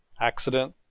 accident